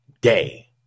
day